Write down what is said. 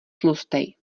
tlustej